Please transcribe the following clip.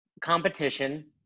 competition